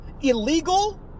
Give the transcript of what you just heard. illegal